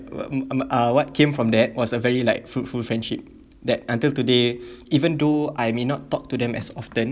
what uh what came from that was a very like fruitful friendship that until today even though I may not talk to them as often